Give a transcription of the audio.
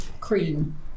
Cream